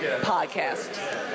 podcast